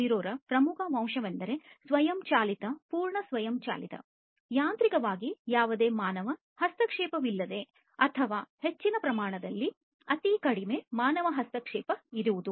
0 ರ ಪ್ರಮುಖ ಅಂಶವೆಂದರೆ ಸ್ವಯಂಚಾಲಿತ ಪೂರ್ಣ ಸ್ವಯಂಚಾಲಿತ ಯಾಂತ್ರಿಕವಾಗಿ ಯಾವುದೇ ಮಾನವ ಹಸ್ತಕ್ಷೇಪವಿಲ್ಲದಿದ್ದಲ್ಲಿ ಅಥವಾ ಅತಿ ಕಡಿಮೆ ಮಾನವ ಹಸ್ತಕ್ಷೇಪ ಇರುವುದು